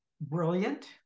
brilliant